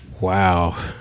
Wow